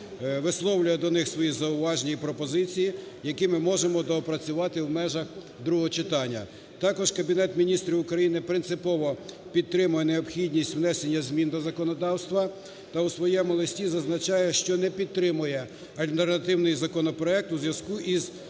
висловлює до них свої зауваження і пропозиції, які ми можемо доопрацювати в межах другого читання. Також Кабінет Міністрів України принципово підтримує необхідність внесення змін до законодавства та у своєму листі зазначає, що не підтримує альтернативний законопроект у зв'язку з наявністю